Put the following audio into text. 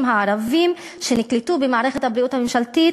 הערבים שנקלטו במערכת הבריאות הממשלתית,